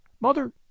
Mother